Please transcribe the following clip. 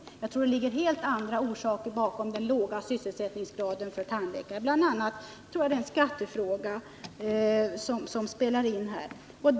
Jag tror att det ligger helt andra orsaker bakom den låga sysselsättningsgraden för tandläkare. Bl. a. tror jag att det är en skattefråga som kommit att spela in här.